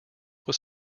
was